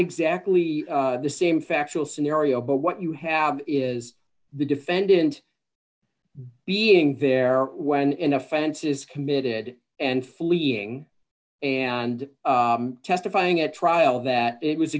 exactly the same factual scenario but what you have is the defendant being there when in offenses committed and fleeing and testifying at trial that it was a